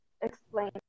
explain